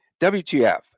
WTF